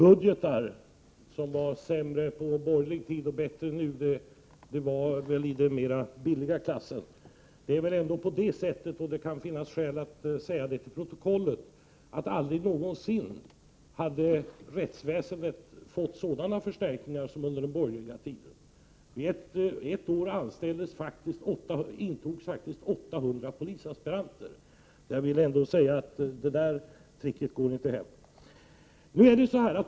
Herr talman! Göran Magnusson ville påskina att det var sämre budgetar under den borgerliga regeringstiden än det är nu. Jag tycker att det är billigt att resonera på det sättet. Det är väl ändå så, att rättsväsendet aldrig någonsin har fått sådana förstärkningar som det fick under den borgerliga tiden. På ett år antogs faktiskt 800 polisaspiranter. Göran Magnussons trick går alltså inte hem.